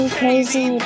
crazy